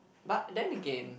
but then again